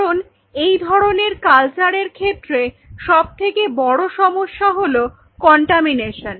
কারণ এই ধরনের কালচারের ক্ষেত্রে সবথেকে বড় সমস্যা হলো কন্টামিনেশন